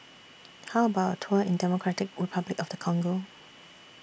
How about A Tour in Democratic Republic of The Congo